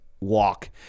walk